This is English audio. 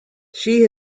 she